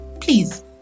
Please